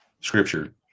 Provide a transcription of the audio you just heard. scripture